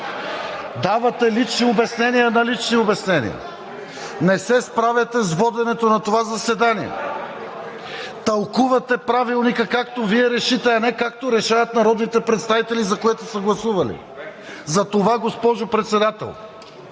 Давате лични обяснения на лични обяснения! Не се справяте с воденето на това заседание! Тълкувате Правилника, както Вие решите, а не както решават народните представители, за което са гласували! Затова, госпожо Председател,